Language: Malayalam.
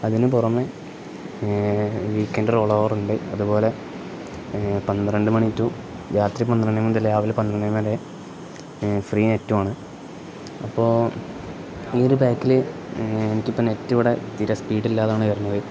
അതിന് പുൊറമെ വീക്കെൻഡ ഓൾ ഓവർണ്ട് അതുപോലെ പന്ത്രണ്ട് മണിറ്റു രാത്രി പന്ത്രണ്ടേ മന്ന രാവിലെ പന്ത്രണ്ട മലേ ഫ്രീ നെറ്റുണ് അപ്പോ ഈ ഒരു ബാക്കില് എനിക്കിപ്പോ നെറ്റ്ിവിടെ തീര സ്പീഡില്ലാതാണ് വരണുന്നത്